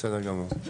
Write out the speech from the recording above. בסדר גמור.